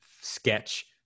sketch